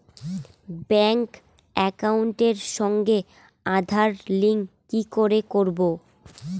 Bank একাউন্টের সঙ্গে Aadhaar link কি করে করবো?